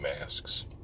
masks